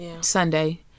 Sunday